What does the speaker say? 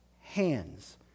hands